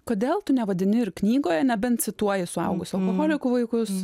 kodėl tu nevadini ir knygoje nebent cituoji suaugusių alkoholikų vaikus